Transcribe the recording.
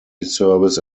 service